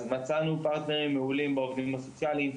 אז ממצאנו פרטנרים מעולים בעובדים הסוציאליים,